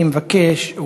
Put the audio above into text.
אני מבקש,